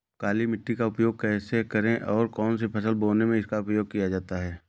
काली मिट्टी का उपयोग कैसे करें और कौन सी फसल बोने में इसका उपयोग किया जाता है?